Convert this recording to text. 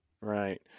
Right